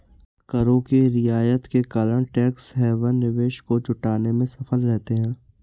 करों के रियायत के कारण टैक्स हैवन निवेश को जुटाने में सफल रहते हैं